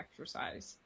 exercise